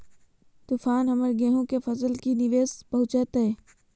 तूफान हमर गेंहू के फसल के की निवेस पहुचैताय?